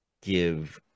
give